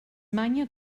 manya